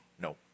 No